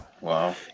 Wow